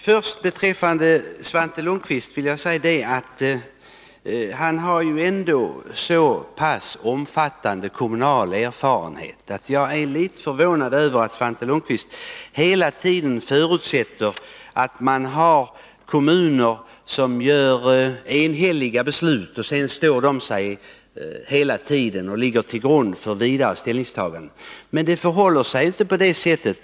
Fru talman! Till Svante Lundkvist vill jag säga att det är litet förvånande att han med sin omfattande kommunala erfarenhet hela tiden förutsätter att man i kommunerna fattar enhälliga beslut, som sedan står sig hela tiden och ligger till grund för vidare ställningstaganden. Det förhåller sig inte på det sättet.